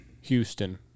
Houston